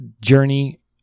journey